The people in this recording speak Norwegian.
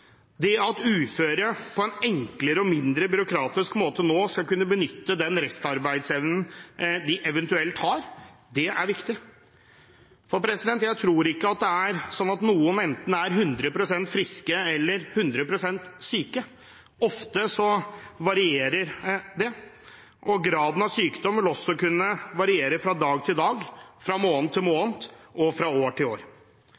Det at uføre på en enklere og mindre byråkratisk måte nå skal kunne benytte den restarbeidsevnen de eventuelt har, er viktig, for jeg tror ikke det er sånn at noen enten er 100 pst. friske eller 100 pst. syke. Ofte varierer det, og graden av sykdom vil også kunne variere fra dag til dag, fra måned til måned og fra år til år.